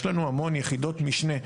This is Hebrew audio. יש לנו המון יחידות משנה.